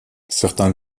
certains